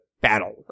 battle